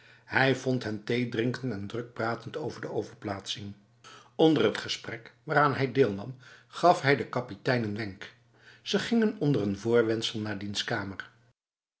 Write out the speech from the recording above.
hij vond hen thee drinkend en druk pratend over de overplaatsing onder het gesprek waaraan hij deelnam gaf hij de kapitein een wenk ze gingen onder een voorwendsel naar diens kamer